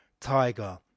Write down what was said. tiger